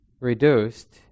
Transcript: reduced